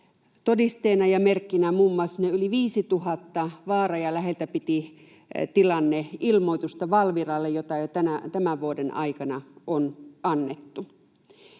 todisteena ja merkkinä muun muassa ne yli 5 000 vaara- ja läheltä piti -tilanneilmoitusta Valviralle, joita jo tämän vuoden aikana on annettu.